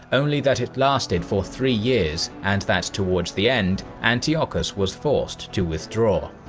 only that it lasted for three years, and that towards the end, antiochus was forced to withdraw.